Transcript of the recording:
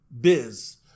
biz